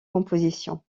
compositions